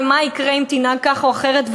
ומה יקרה אם תנהג כך או אחרת,